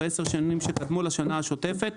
בעשר השנים שקדמו לשנה השוטפת,